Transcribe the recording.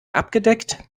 abgedeckt